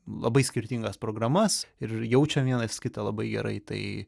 labai skirtingas programas ir jaučiam vienas kitą labai gerai tai